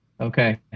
Okay